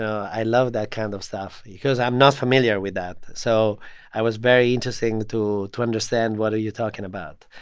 i love that kind of stuff because i'm not familiar with that. so i was very interesting to to understand what are you talking about.